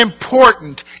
important